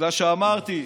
בגלל שאמרתי,